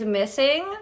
missing